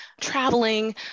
traveling